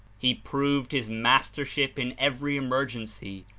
he proved his mastership in every emergency,